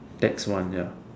that's one ya